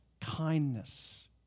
kindness